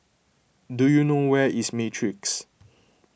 do you know where is Matrix